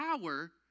power